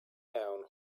down